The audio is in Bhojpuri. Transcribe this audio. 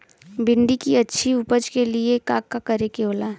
भिंडी की अच्छी उपज के लिए का का करे के होला?